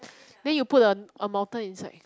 then you put a a mountain inside